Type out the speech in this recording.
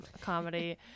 comedy